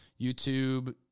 YouTube